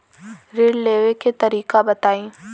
ऋण लेवे के तरीका बताई?